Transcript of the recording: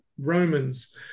Romans